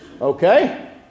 Okay